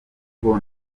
ubwo